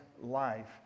life